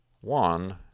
One